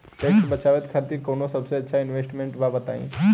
Tax बचावे खातिर कऊन सबसे अच्छा इन्वेस्टमेंट बा बताई?